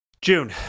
June